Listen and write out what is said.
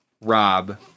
Rob